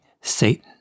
Satan